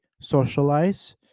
socialize